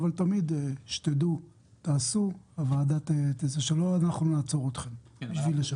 אבל תמיד תעשו שלא אנחנו נעצור אתכם כדי לשפר.